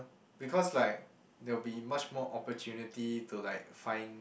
because like there'll be much more opportunity to like find